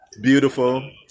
Beautiful